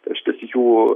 reiškias jų